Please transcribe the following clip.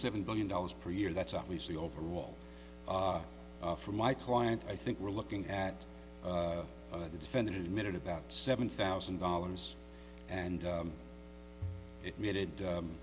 seven billion dollars per year that's obviously over a wall for my client i think we're looking at the defendant admitted about seven thousand dollars and it made it